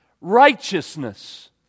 Righteousness